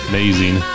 Amazing